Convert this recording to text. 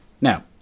Now